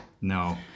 No